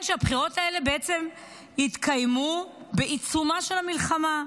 שהבחירות האלה בעצם התקיימו בעיצומה של המלחמה,